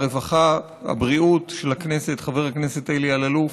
הרווחה והבריאות של הכנסת חבר הכנסת אלי אלאלוף,